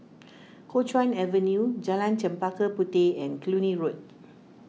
Kuo Chuan Avenue Jalan Chempaka Puteh and Cluny Road